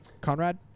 Conrad